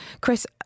Chris